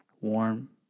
warm